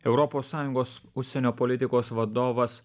europos sąjungos užsienio politikos vadovas